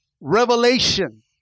revelation